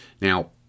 Now